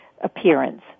Appearance